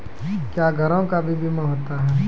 क्या घरों का भी बीमा होता हैं?